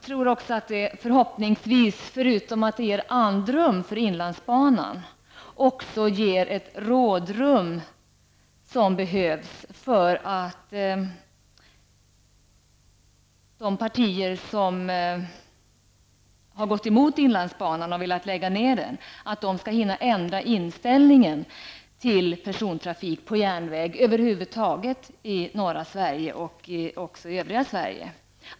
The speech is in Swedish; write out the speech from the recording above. Förutom att beslutet ger andrum för inlandsbanan, ger det också förhoppningsvis det rådrum som behövs för att de partier som har velat lägga ned inlandsbanan skall hinna ändra sin inställning till persontrafik på järnväg över huvud taget i norra men också i övriga Sverige.